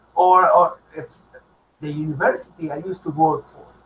or if the university i used to work